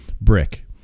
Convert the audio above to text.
brick